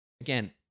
again